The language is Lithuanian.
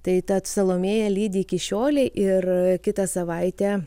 tai ta salomėja lydi iki šiolei ir kitą savaitę